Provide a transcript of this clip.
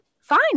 fine